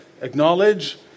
acknowledge